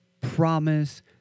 promise